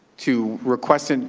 to request, and